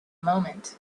moment